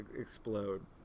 explode